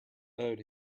owed